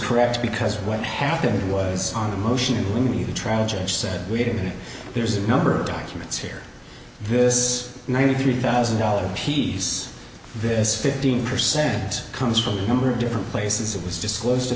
correct because what happened was on a motion to leave the trial judge said wait a minute there's a number of documents here this ninety three thousand dollars piece this fifteen percent comes from a number of different places it was disclosed